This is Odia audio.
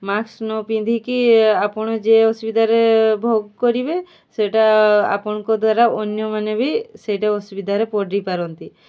ମାସ୍କ ନ ପିନ୍ଧିକି ଆପଣ ଯେ ଅସୁବିଧାରେ ଭୋଗ କରିବେ ସେଇଟା ଆପଣଙ୍କ ଦ୍ୱାରା ଅନ୍ୟମାନେ ବି ସେଇଟା ଅସୁବିଧାରେ ପଡ଼ିପାରନ୍ତି